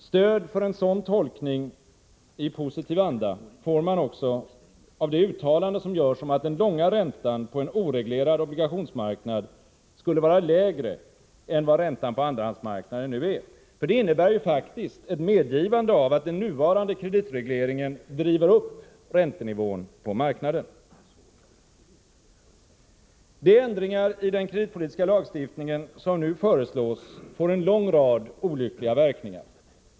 Stöd för en sådan tolkning i positiv anda får man också av det uttalande som görs om att den långa räntan på en oreglerad obligationsmarknad skulle vara lägre än vad räntan på andrahandsmarknaden nu är. Det innebär ju faktiskt ett medgivande av att den nuvarande kreditregleringen driver upp räntenivån på marknaden. De ändringar i den kreditpolitiska lagstiftningen som nu föreslås får en lång rad olyckliga verkningar.